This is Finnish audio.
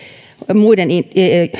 muiden